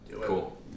Cool